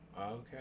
Okay